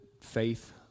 faith